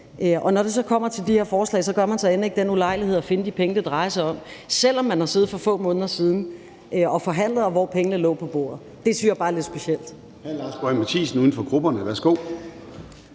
Når det så kommer til det her forslag, gør man sig end ikke den ulejlighed at finde de penge, det drejer sig om, selv om man har siddet for få måneder siden og forhandlet, hvor pengene lå på bordet. Det synes jeg bare er lidt specielt.